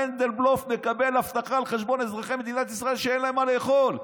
מנדלבלוף מקבל אבטחה על חשבון אזרחי ישראל שאין להם מה לאכול.